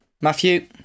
Matthew